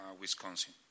Wisconsin